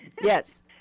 Yes